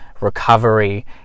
recovery